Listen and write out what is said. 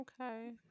Okay